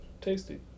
Tasty